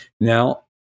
Now